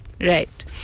Right